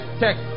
check